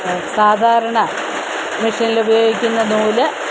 സാധാരണ മിഷനിൽ ഉപയോഗിക്കുന്ന നൂല്